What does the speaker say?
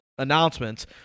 announcements